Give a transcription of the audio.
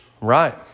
Right